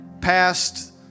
past